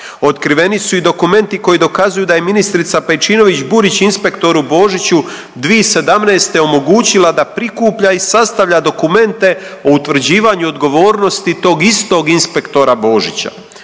Otkriveni su i dokumenti koji dokazuju da je ministrica Pejčinović Burić inspektoru Božiću 2017. omogućila da prikuplja i sastavlja dokumente o utvrđivanju odgovornosti tog istog inspektora Božića.